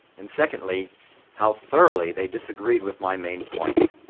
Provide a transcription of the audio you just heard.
and secondly how thoroughly they disagreed with my main point.